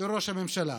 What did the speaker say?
לראש הממשלה.